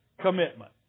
commitment